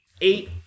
Eight